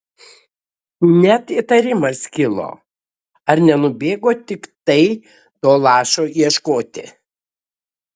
net įtarimas kilo ar nenubėgo tiktai to lašo ieškoti